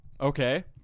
Okay